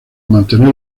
mantener